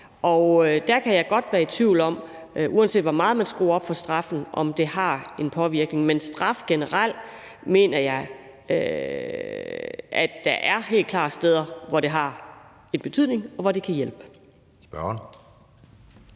Og der kan jeg godt være i tvivl om, om det har en virkning, uanset hvor meget man skruer op for straffen. Men i forhold til straf generelt mener jeg, at der helt klart er steder, hvor det har en betydning, og hvor det kan hjælpe.